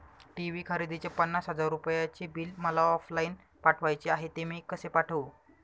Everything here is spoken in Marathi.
टी.वी खरेदीचे पन्नास हजार रुपयांचे बिल मला ऑफलाईन पाठवायचे आहे, ते मी कसे पाठवू?